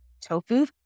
tofu